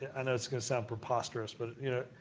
i know it's going to sound preposterous, but, you know,